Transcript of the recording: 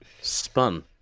Spun